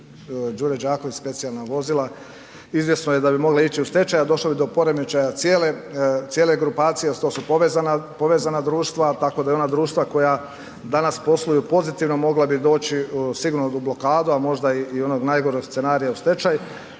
Đure Đaković, specijalna vozila izvjesno je da bi mogla ići u stečaj a došlo bi do poremećaja cijele grupacije a to su povezana, povezana društva. Tako da i ona društva koja danas posluju pozitivno mogla bi doći sigurno u blokadu a možda i onog najgoreg scenarija u stečaj